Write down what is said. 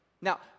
Now